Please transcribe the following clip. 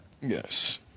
Yes